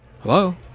Hello